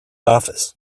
office